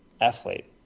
athlete